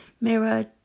mirror